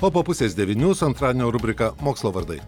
o po pusės devynių su antradienio rubrika mokslo vardai